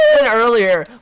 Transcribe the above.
earlier